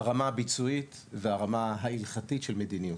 הרמה הביצועית והרמה ההלכתית של מדיניות.